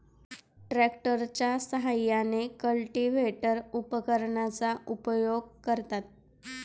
ट्रॅक्टरच्या साहाय्याने कल्टिव्हेटर उपकरणाचा उपयोग करतात